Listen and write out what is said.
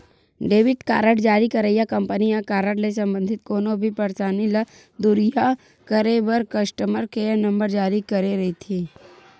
debit card जारी करइया company ह कारड ले संबंधित कोनो भी परसानी ल दुरिहा करे बर कस्टमर केयर नंबर जारी करे रहिथे